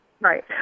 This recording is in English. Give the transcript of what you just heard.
Right